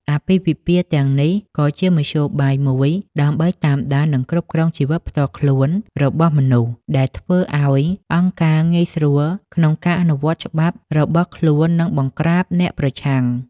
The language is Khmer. អាពាហ៍ពិពាហ៍ទាំងនេះក៏ជាមធ្យោបាយមួយដើម្បីតាមដាននិងគ្រប់គ្រងជីវិតផ្ទាល់ខ្លួនរបស់មនុស្ស ដែលធ្វើឱ្យអង្គការងាយស្រួលក្នុងការអនុវត្តច្បាប់របស់ខ្លួននិងបង្ក្រាបអ្នកប្រឆាំង។